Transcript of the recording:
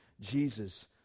jesus